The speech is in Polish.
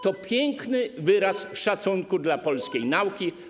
To piękny wyraz szacunku dla polskiej nauki.